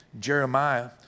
Jeremiah